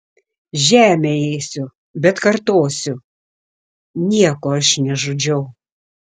žemę ėsiu bet kartosiu nieko aš nežudžiau